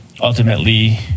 ultimately